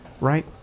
right